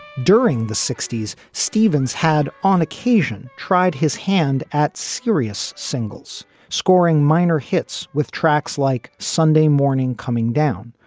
during the sixty s, stevens had on occasion tried his hand at serious singles, scoring minor hits with tracks like sunday morning coming down,